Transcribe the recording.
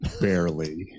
Barely